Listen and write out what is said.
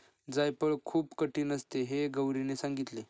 जायफळ खूप कठीण असते हे गौरीने सांगितले